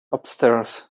upstairs